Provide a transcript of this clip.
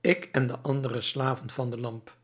ik en de andere slaven van de lamp